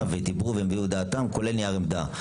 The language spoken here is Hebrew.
ודיברו והביעו דעתם כולל נייר עמדה.